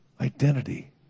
identity